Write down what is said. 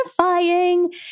terrifying